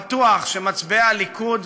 בטוח שמצביעי הליכוד,